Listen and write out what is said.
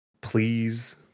Please